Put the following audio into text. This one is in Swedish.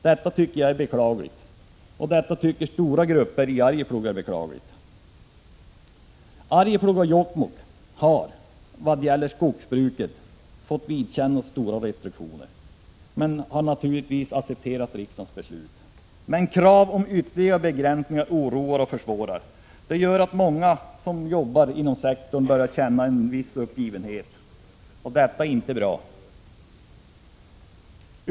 Detta tycker jag är beklagligt, och det tycker stora grupper i Arjeplog är beklagligt. Arjeplog och Jokkmokk har, vad gäller skogsbruket, fått vidkännas stora restriktioner, men har naturligtvis accepterat riksdagens beslut. Men krav på ytterligare begränsningar oroar och försvårar. Det gör att många som jobbar inom denna sektor börjar känna en viss uppgivenhet. Det är inte bra.